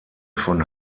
von